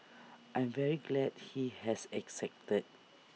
I'm very glad he has accepted